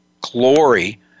glory